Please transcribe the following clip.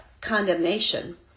condemnation